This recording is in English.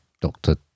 doctor